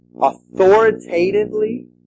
authoritatively